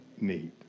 need